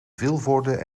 vilvoorde